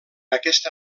aquesta